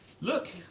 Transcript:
look